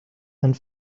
and